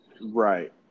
right